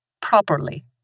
properly